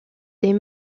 des